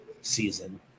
Season